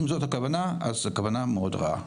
אם זאת הכוונה אז זו כוונה מאוד רעה.